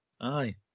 Aye